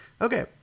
Okay